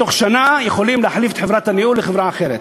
בתוך שנה יכולים להחליף את חברת הניהול לחברה אחרת.